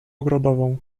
ogrodową